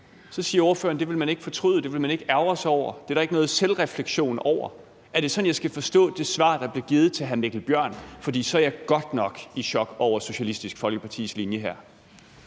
grove ting: Det vil man ikke fortryde, det vil man ikke ærgre sig over, det er ikke noget, der giver anledning selvrefleksion. Er det sådan, jeg skal forstå det svar, der blev givet til hr. Mikkel Bjørn? For så er jeg godt nok i chok over Socialistisk Folkepartis linje her.